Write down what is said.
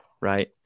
right